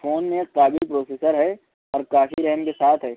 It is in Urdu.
فون میں ایک قابل پروسیسر ہے اور کافی ریم کے ساتھ ہے